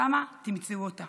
שם תמצאו אותן